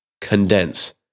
condense